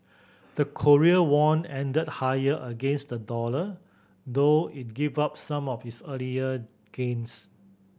the Korean won ended higher against the dollar though it gave up some of its earlier gains